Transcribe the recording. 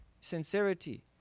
sincerity